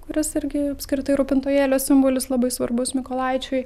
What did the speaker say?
kuris irgi apskritai rūpintojėlio simbolis labai svarbus mykolaičiui